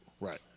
Right